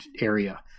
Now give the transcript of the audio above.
area